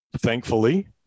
thankfully